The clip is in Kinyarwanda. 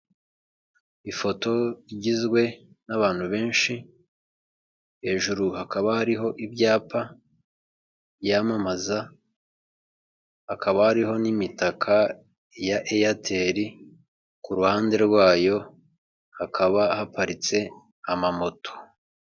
Uruganiriro rusa neza rusize irangi ry'umweru urimo n'amatara agezweho harimo intebe nziza rwose zisa icyatsi z'imisego tukabona ameza y'andi meza agezweho rwose afite n'utubati ateretseho icyo bita telekomande gikoreshwa kuri televiziyo, tukabona kandi igihuha gitanga umuyaga muri salo n'imitako myinshi.